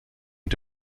mit